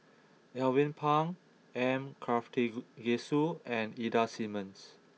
Alvin Pang M Karthigesu and Ida Simmons